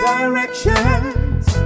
Directions